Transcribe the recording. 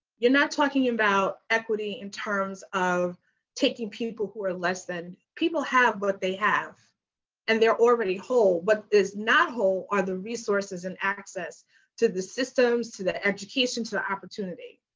you are not talking about equity in terms of taking people who are less than. people have what they have and they are already whole. what is not whole are the resources and access to the system, to the education, to the opportunity.